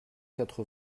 quatre